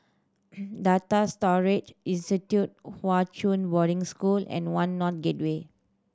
Data Storage Institute Hwa Chong Boarding School and One North Gateway